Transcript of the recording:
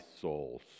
soul